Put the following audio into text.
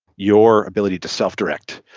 your ability to self-direct,